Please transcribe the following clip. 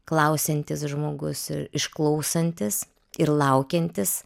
klausiantis žmogus išklausantis ir laukiantis